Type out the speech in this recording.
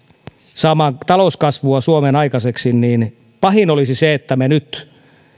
saamaan talouskasvua suomeen aikaiseksi pahinta olisi se että me nyt